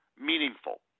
meaningful